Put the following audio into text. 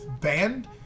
banned